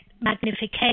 magnification